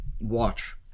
watch